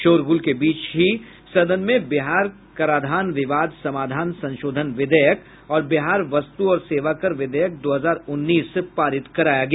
शोरगुल के बीच ही सदन में बिहार कराधान विवाद समाधान संशोधन विधेयक और बिहार वस्तु और सेवा कर विधेयक दो हजार उन्नीस पारित कराया गया